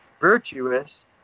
virtuous